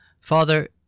Father